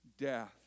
death